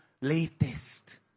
latest